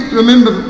remember